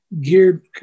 geared